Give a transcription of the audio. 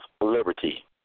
Liberty